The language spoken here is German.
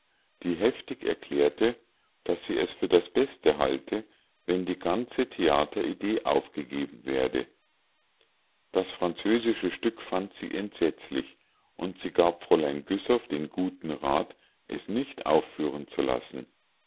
die heftig erklärte daß sie es für das beste halte wenn die ganze theateridee aufgegeben werde das französische stück fand sie entsetzlich und sie gab fräulein güssow den guten rat es nicht aufführen zu lassen